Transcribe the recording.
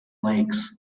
lakes